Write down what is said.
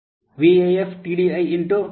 VAF TDI into 0